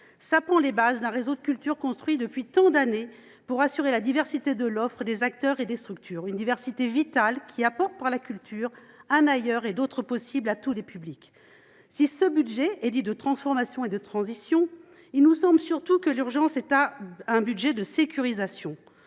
sapant les bases d’un réseau culturel construit depuis tant d’années pour assurer la diversité de l’offre, des acteurs et des structures, une diversité vitale, qui apporte un ailleurs et d’autres possibles à tous les publics. Ce budget est dit « de transformation et de transition », mais il nous semble que l’urgence est surtout à la sécurisation.